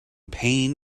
pain